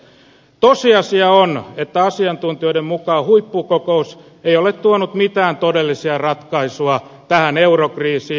tosiasia on että asiantuntijoiden mukaan huippukokous ei ole tuonut mitään todellista ratkaisua tähän eurokriisiin